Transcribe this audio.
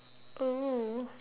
oo